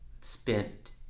spent